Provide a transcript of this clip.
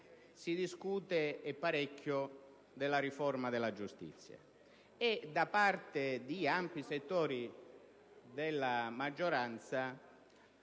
si discute, e parecchio, della riforma della giustizia e da parte di ampi settori della maggioranza